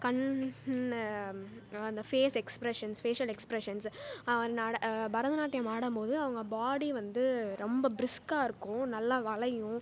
கண் அந்த face expression facial expressions அதனாலே பரதநாட்டியம் ஆடும் போது அவங்க பாடி வந்து ரொம்ப ப்ரிஸ்க்காக இருக்கும் நல்லா வளையும்